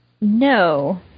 No